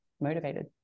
motivated